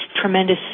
tremendous